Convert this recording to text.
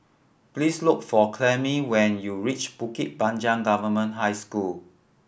please look for Clemie when you reach Bukit Panjang Government High School